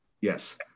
Yes